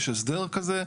יש הסדר כזה.